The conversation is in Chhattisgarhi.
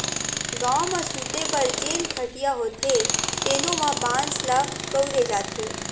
गाँव म सूते बर जेन खटिया होथे तेनो म बांस ल बउरे जाथे